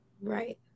Right